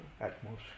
atmosphere